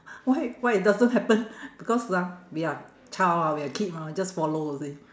why why it doesn't happen because ah we are we are child ah we are kid mah we just follow you see